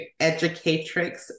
Educatrix